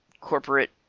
corporate